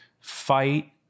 fight